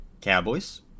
Cowboys